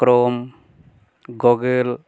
chrome Google